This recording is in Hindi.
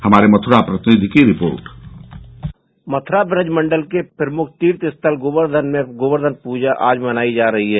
हमारे मथुरा प्रतिनिधि की रिपोर्ट मंखुरा बज मंडल के प्रमुख तीर्थ स्थल गोवेर्घन मे गोवेर्घन पूजा आज मनाई जा रही है